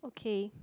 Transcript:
okay